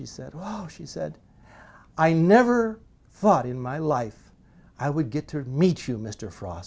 she said wow she said i never thought in my life i would get to meet you mr fr